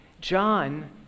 John